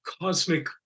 cosmic